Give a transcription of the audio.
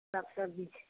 सभ सब्जी छै